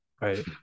right